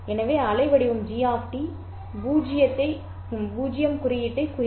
எனவே அலைவடிவம் g 0 குறியீட்டைக் குறிக்கும்